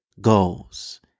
goals